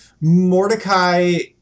Mordecai